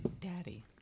daddy